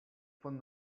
from